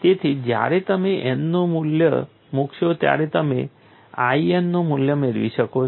તેથી જ્યારે તમે n નું મૂલ્ય મૂકશો ત્યારે તમે In નું મૂલ્ય મેળવી શકશો